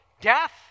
Death